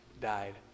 died